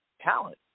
talent